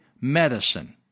medicine